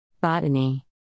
Botany